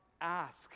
ask